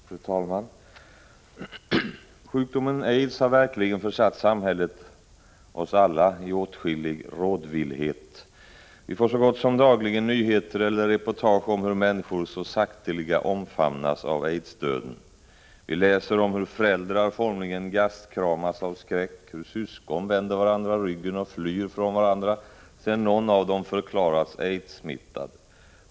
Fru talman! Sjukdomen aids har verkligen försatt samhället, oss alla, i åtskillig rådvillhet. Vi får så gott som dagligen nyheter eller reportage om hur människor så sakteliga omfamnas av aidsdöden. Vi läser om hur föräldrar formligen gastkramas av skräck, hur syskon vänder varandra ryggen och flyr sedan någon av dem förklarats aidssmittad.